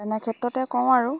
তেনে ক্ষেত্ৰতে কওঁ আৰু